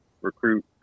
recruit